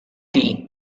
tea